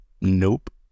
Nope